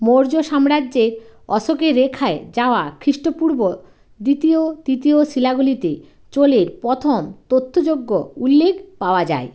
মৌর্য সাম্রাজ্যের অশোকের রেখায় যাওয়া খ্রিস্টপূর্ব দ্বিতীয় তৃতীয় শিলাগুলিতে চোলের প্রথম তথ্যযোগ্য উল্লেখ পাওয়া যায়